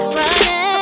running